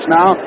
now